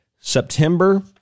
September